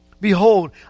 Behold